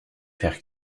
faire